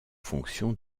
fonction